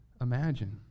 imagine